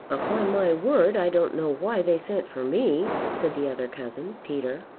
upon my word i don't know why they sent for me, said the other cousin, peter.